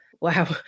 Wow